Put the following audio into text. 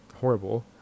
horrible